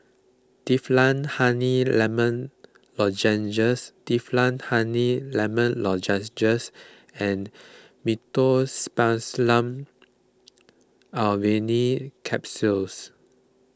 Difflam Honey Lemon Lozenges Difflam Honey Lemon Lozenges and Meteospasmyl Alverine Capsules